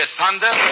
thunder